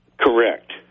Correct